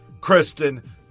Kristen